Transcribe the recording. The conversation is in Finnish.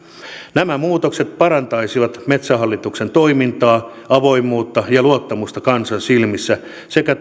nämä muutokset parantaisivat metsähallituksen toimintaa avoimuutta ja luottamusta kansan silmissä sekä